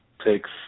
takes